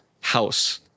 house